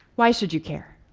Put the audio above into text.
why should you care?